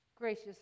Gracious